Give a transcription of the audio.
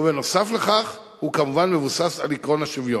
ובנוסף לכך, הוא כמובן מבוסס על עקרון השוויון.